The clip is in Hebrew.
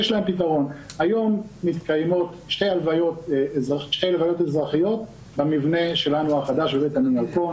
היום מתקיימות שתי לוויות אזרחיות במבנה החדש שלנו בבית עלמין ירקון.